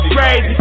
Crazy